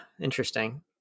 interesting